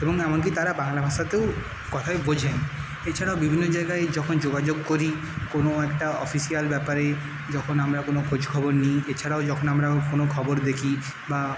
এবং এমনকি তারা বাংলা ভাষাতেও কথায় বোঝেন এছাড়াও বিভিন্ন জায়গায় যখন যোগাযোগ করি কোনো একটা অফিশিয়াল ব্যাপারে যখন আমরা কোনো খোঁজ খবর নিই এছাড়াও যখন আমরা কোনো খবর দেখি বা